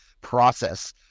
process –